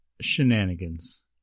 Shenanigans